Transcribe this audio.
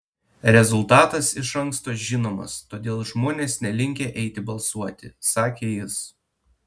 rezultatas iš anksto žinomas todėl žmonės nelinkę eiti balsuoti sakė jis